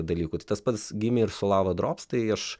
dalykų tai tas pats gimė ir su lava drops tai aš